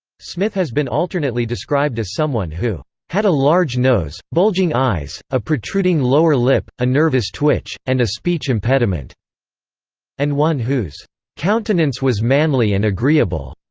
smith has been alternately described as someone who had a large nose, bulging eyes, a protruding lower lip, a nervous twitch, and a speech impediment and one whose countenance was manly and agreeable.